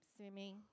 swimming